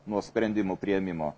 nuo sprendimų priėmimo